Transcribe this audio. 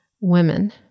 women